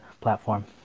platform